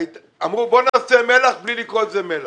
אמרו בוא נעשה מל"ח בלי לקרוא לזה מל"ח.